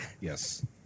Yes